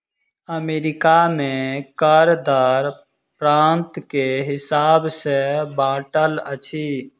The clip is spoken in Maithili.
अमेरिका में कर दर प्रान्त के हिसाब सॅ बाँटल अछि